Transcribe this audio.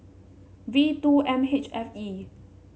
V two M H F E